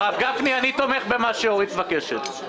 הרב גפני, אני תומך במה שאורית מבקשת.